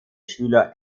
schüler